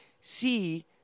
see